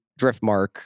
Driftmark